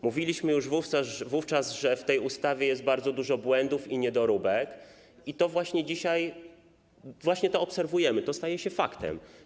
Mówiliśmy już wówczas, że w tej ustawie jest bardzo dużo błędów i niedoróbek, i dzisiaj właśnie to obserwujemy, to staje się faktem.